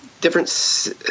different